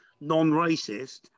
non-racist